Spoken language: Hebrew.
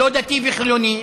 לא דתי וחילוני,